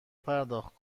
پرداخت